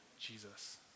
Jesus